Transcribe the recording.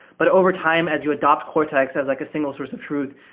but over time, as you adapt cortex as like a single source of truth,